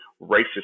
racist